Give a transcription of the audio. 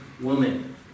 woman